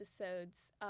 episodes